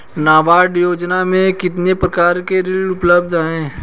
नाबार्ड योजना में कितने प्रकार के ऋण उपलब्ध हैं?